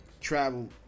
travel